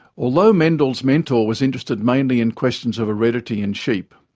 although mendel's mentor was interested mainly in questions of heredity in sheep,